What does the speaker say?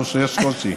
או שיש קושי?